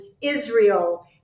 Israel